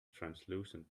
translucent